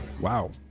Wow